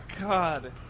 God